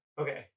Okay